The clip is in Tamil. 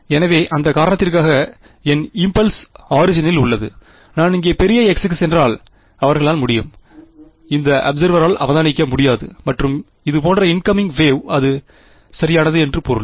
எனவே அந்த காரணத்திற்காக என் இம்பல்ஸ் ஆரிஜினில் உள்ளது நான் இங்கே பெரிய x க்குச் சென்றால் அவர்களால் முடியும் இந்த அபிசேர்வரால் அவதானிக்க முடியாது மற்றும் இது போன்ற இன்கமிங் வேவ் அது சரியானது என்று பொருள்